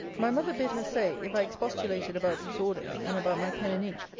my mother bid her say, if i expostulated about these orders, and about my pen and ink,